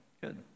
good